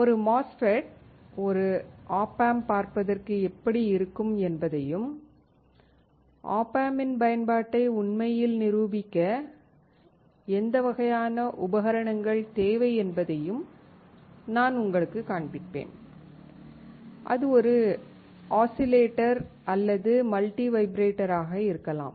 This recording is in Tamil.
ஒரு MOSFET ஒரு op amp பார்ப்பதற்கு எப்படி இருக்கும் என்பதையும் op amp இன் பயன்பாட்டை உண்மையில் நிரூபிக்க எந்த வகையான உபகரணங்கள் தேவை என்பதையும் நான் உங்களுக்குக் காண்பிப்பேன் அது ஒரு ஆஸிலேட்டர் அல்லது மல்டி வைப்ரேட்டர் ஆக இருக்கலாம்